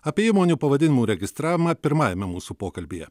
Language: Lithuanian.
apie įmonių pavadinimų registravimą pirmajame mūsų pokalbyje